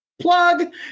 plug